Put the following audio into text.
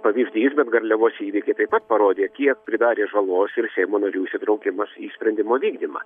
pavyzdys bet garliavos įvykiai taip pat parodė kiek pridarė žalos ir seimo narių įsitraukimas į sprendimo vykdymą